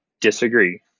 disagree